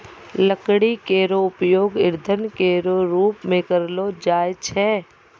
लकड़ी केरो उपयोग ईंधन केरो रूप मे करलो जाय छै